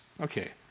Okay